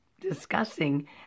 discussing